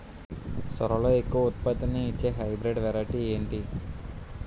సోరలో ఎక్కువ ఉత్పత్తిని ఇచే హైబ్రిడ్ వెరైటీ ఏంటి?